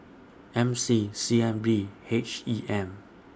M C C N B H E M